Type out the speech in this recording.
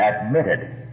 admitted